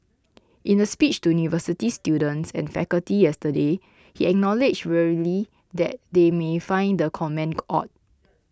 in a speech to university students and faculty yesterday he acknowledged wryly that they may find the comment odd